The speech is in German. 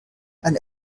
eine